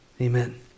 amen